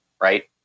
Right